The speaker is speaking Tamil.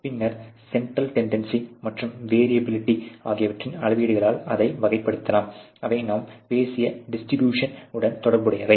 பின்னர் சென்டர் டென்டென்னசி மற்றும் வேரீயபிலிட்டி ஆகியவற்றின் அளவீடுகளால் அதை வகைப்படுத்தலாம் அவை நாம் பேசிய டிஸ்ட்ரிபியூஷன் உடன் தொடர்புடையது